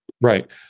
Right